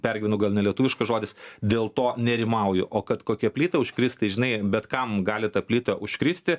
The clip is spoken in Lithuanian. pergyvenu gal nelietuviškas žodis dėl to nerimauju o kad kokia plyta užkris tai žinai bet kam gali ta plyta užkristi